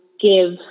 give